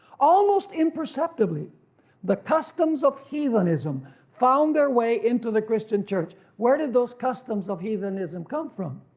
almost imperceptibly the customs of heathenism found their way into the christian church. where did those customs of heathenism come from?